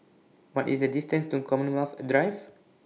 What IS The distance to Commonwealth Drive